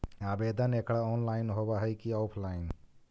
आवेदन एकड़ ऑनलाइन होव हइ की ऑफलाइन?